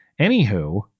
Anywho